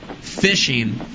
Fishing